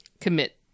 commit